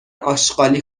آشغالی